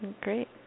Great